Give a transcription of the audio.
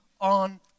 on